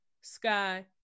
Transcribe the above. Sky